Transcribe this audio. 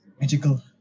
Magical